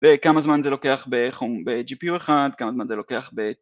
וכמה זמן זה לוקח ב-GPU 1, כמה זמן זה לוקח ב-